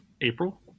April